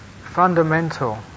fundamental